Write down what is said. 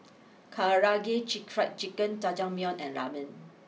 Karaage Fried Chicken Jajangmyeon and Ramen